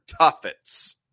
tuffets